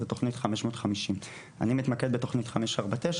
זו תוכנית 550. אני מתמד בתוכנית 549,